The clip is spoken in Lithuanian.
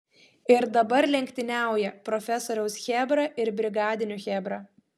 ir dabar lenktyniauja profesoriaus chebra ir brigadinių chebra